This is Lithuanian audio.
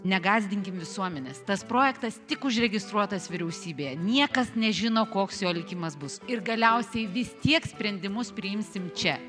negąsdinkim visuomenės tas projektas tik užregistruotas vyriausybėje niekas nežino koks jo likimas bus ir galiausiai vis tiek sprendimus priimsim čia